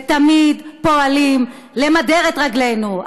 ותמיד פועלים להדיר את רגלינו,